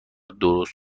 درست